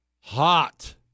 Hot